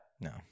No